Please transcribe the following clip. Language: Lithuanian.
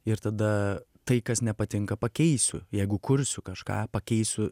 ir tada tai kas nepatinka pakeisiu jeigu kursiu kažką pakeisiu